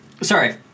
Sorry